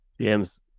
James